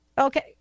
Okay